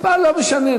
המספר לא משנה.